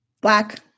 Black